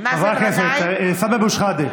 בעד סימון דוידסון,